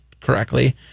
correctly